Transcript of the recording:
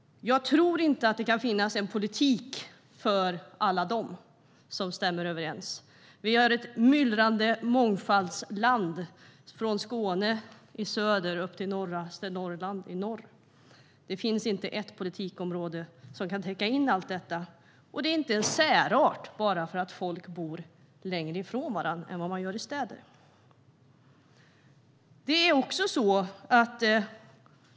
Jag tror inte att det kan finnas en politik för alla dem. Vi är ett myllrande mångfaldsland från Skåne i söder till Norrbotten i norr. Det finns inte ett politikområde som kan täcka in allt detta, och det är ingen särart bara för att folk bor längre från varandra än vad man gör i städer.